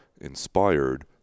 inspired